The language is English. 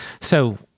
So-